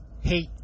hate